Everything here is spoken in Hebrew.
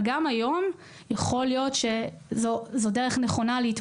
גם היום, יכול להיות שאפשר למנף זאת.